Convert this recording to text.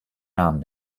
namen